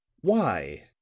Why